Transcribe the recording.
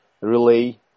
relay